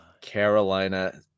Carolina